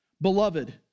Beloved